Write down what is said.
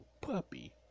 puppy